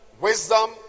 Wisdom